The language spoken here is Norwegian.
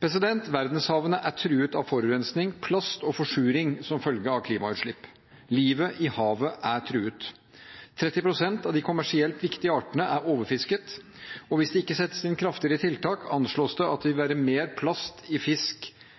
Verdenshavene er truet av forurensning, plast og forsuring som følge av klimautslipp. Livet i havet er truet. 30 pst. av de kommersielt viktige artene er overfisket, og hvis det ikke settes inn kraftigere tiltak, anslås det at det vil være mer plast i fisk